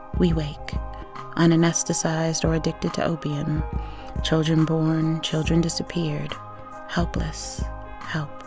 we wake un-anesthetized or addicted to opium children born, children disappeared helpless help